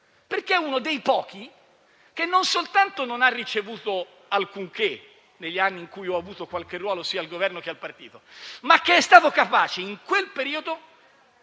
perché è uno dei pochi che, non soltanto non ha ricevuto alcunché negli anni in cui ho avuto qualche ruolo sia il Governo che nel Partito, ma è stato anche capace in quel periodo